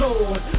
Lord